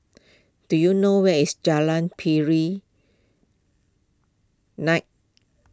do you know where is Jalan Pari Nak